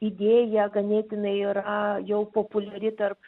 idėja ganėtinai yra jau populiari tarp